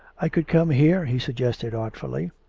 i could come here, he suggested artfully.